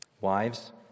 Wives